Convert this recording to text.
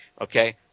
Okay